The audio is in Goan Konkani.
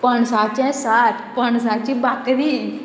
पणसाचें साठ पणसाची बाकरी